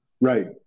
Right